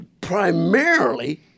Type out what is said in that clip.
primarily